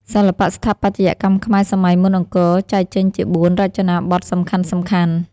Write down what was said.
សិល្បៈស្ថាបត្យកម្មខ្មែរសម័យមុនអង្គរចែកចេញជា ៤ រចនាបថសំខាន់ៗ។